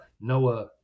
Noah